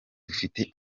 dufite